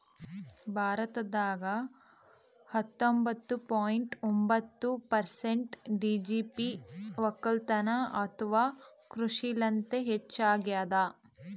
ಭಾರತದಾಗ್ ಹತ್ತೊಂಬತ್ತ ಪಾಯಿಂಟ್ ಒಂಬತ್ತ್ ಪರ್ಸೆಂಟ್ ಜಿ.ಡಿ.ಪಿ ವಕ್ಕಲತನ್ ಅಥವಾ ಕೃಷಿಲಿಂತೆ ಹೆಚ್ಚಾಗ್ಯಾದ